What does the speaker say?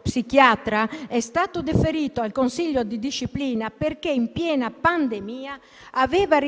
psichiatra, è stato deferito al consiglio di disciplina perché, in piena pandemia, aveva richiesto